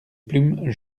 plumes